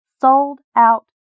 Sold-out